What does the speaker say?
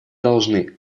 должны